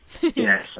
Yes